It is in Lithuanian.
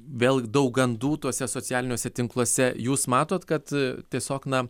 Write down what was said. vėlgi daug gandų tuose socialiniuose tinkluose jūs matot kad tiesiog na